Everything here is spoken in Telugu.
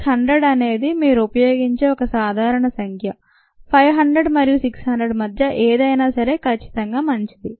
సిక్స్ హండ్రెడ్ అనేది మీరు ఉపయోగించే ఒక సాధారణ సంఖ్య 500 మరియు 600 మధ్య ఏదైనా సరే ఖచ్చితంగా మంచిది